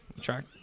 track